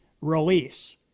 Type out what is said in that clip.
release